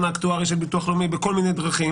האקטוארי של הביטוח הלאומי בכל מיני דרכים